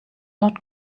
not